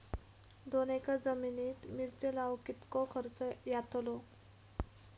दोन एकर जमिनीत मिरचे लाऊक कितको खर्च यातलो?